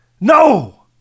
No